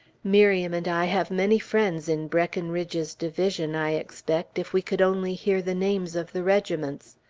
miriam and i have many friends in breckinridge's division, i expect, if we could only hear the names of the regiments.